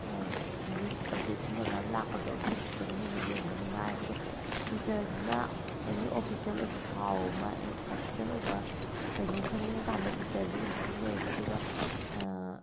news update ꯀꯨꯝꯕ ꯃꯌꯥꯝ ꯂꯥꯛꯄꯗꯣ ꯐꯦꯁꯕꯨꯛꯇꯅ ꯍꯦꯟꯅ ꯌꯦꯡꯕ ꯅꯨꯡꯉꯥꯏ ꯑꯗꯨꯒ ꯇ꯭ꯋꯤꯇꯔꯁꯤꯅ ꯑꯦꯅꯤ ꯑꯣꯐꯤꯁꯦꯜ ꯑꯣꯏꯕ ꯄꯥꯎ ꯑꯃ ꯑꯣꯐꯤꯁꯦꯜ ꯑꯣꯏꯕ ꯀꯩꯅꯣꯝ ꯈꯪꯅꯤꯡꯉ ꯀꯥꯟꯗ ꯇ꯭ꯋꯤꯇꯔꯁꯤ ꯑꯗꯨꯝ ꯁꯤꯖꯤꯟꯅꯩꯑꯕ ꯑꯗꯨꯒ